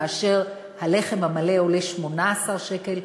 כאשר הלחם המלא עולה 18 שקל,